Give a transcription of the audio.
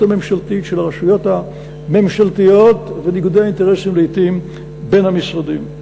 הממשלתית של הרשויות הממשלתיות וניגודי האינטרסים לעתים בין המשרדים.